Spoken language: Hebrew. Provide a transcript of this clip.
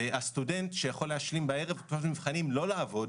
הסטודנט שיכול להשלים בערב ובתקופת המבחנים לא לעבוד,